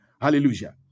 Hallelujah